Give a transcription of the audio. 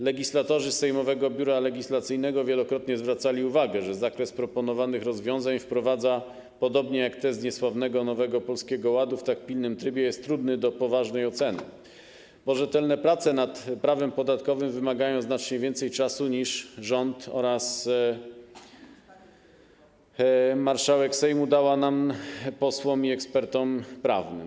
Legislatorzy z sejmowego Biura Legislacyjnego wielokrotnie zwracali uwagę, że zakres proponowanych rozwiązań wprowadzanych podobnie jak te w przypadku niesławnego Nowego Polskiego Ładu w tak pilnym trybie jest trudny do poważnej oceny, bo rzetelne prace nad prawem podatkowym wymagają znacznie więcej czasu niż rząd oraz marszałek Sejmu dali nam, posłom i ekspertom prawnym.